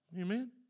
Amen